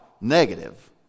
negative